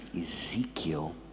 Ezekiel